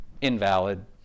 invalid